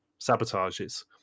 sabotages